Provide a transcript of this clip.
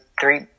three